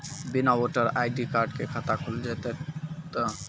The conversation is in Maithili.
बिना वोटर आई.डी कार्ड के खाता खुल जैते तो?